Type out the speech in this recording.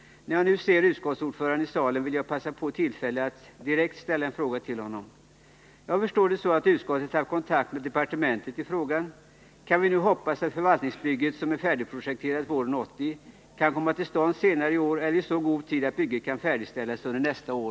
När jag nu ser utskottsordföranden i salen vill jag passa på tillfället att direkt ställa en fråga till honom. Jag förstår att utskottet har haft kontakt med departementet i fråga. Kan vi nu hoppas att förvaltningsbygget, som blir färdigprojekterat våren 1980, kan komma till stånd senare i år eller i så god tid att bygget kan färdigställas under nästa år?